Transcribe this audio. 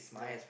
yeah